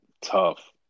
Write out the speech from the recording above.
tough